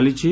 ଚାଲିଛି